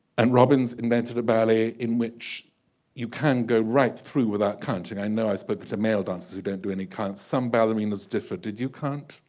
and robbins invented a ballet in which you can go right through without counting. i know i spoke to male dancers who don't do any counts some ballerinas differ. did you count?